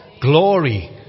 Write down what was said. glory